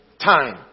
time